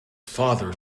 father